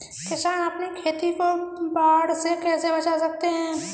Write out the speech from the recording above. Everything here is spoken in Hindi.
किसान अपनी खेती को बाढ़ से कैसे बचा सकते हैं?